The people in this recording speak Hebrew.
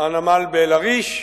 הנמל באל-עריש,